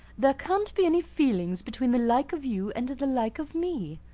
there can't be any feelings between the like of you and the like of me.